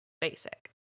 basic